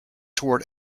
toward